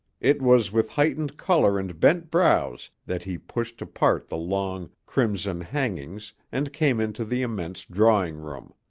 it was with heightened color and bent brows that he pushed apart the long, crimson hangings and came into the immense drawing-room.